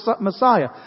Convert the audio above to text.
Messiah